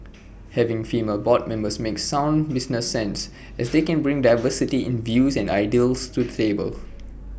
having female board members makes sound business sense as they can bring diversity in views and ideas to the table